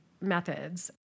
methods